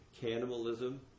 cannibalism